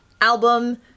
album